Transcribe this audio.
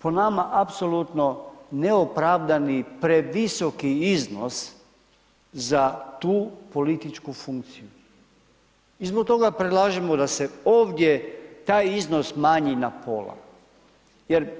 Po nama apsolutno neopravdani previsoki iznos za tu političku funkciju i zbog toga predlažemo da se ovdje taj iznos smanji na pola jer